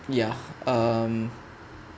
ya um